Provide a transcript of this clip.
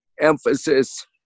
emphasis